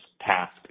task